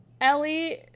Ellie